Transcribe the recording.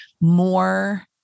more